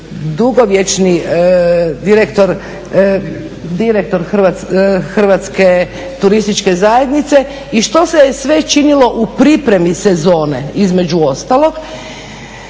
dugovječni direktor Hrvatske turističke zajednice i što se je sve činilo u pripremi sezone između ostalog.